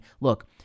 look